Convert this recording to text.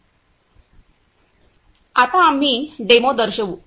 आता आम्ही डेमो दर्शवू